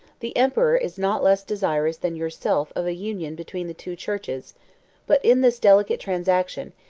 the emperor is not less desirous than yourself of a union between the two churches but in this delicate transaction,